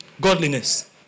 Godliness